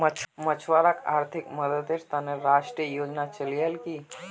मछुवारॉक आर्थिक मददेर त न राष्ट्रीय योजना चलैयाल की